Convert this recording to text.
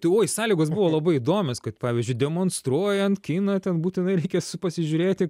tai oi sąlygos buvo labai įdomios kad pavyzdžiui demonstruojant kiną ten būtinai reikia pasižiūrėti